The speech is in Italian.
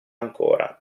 ancora